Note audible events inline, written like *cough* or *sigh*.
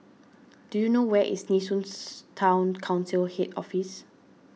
do you know where is Nee Soon *noise* Town Council Head Office